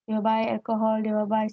they will buy alcohol they will buy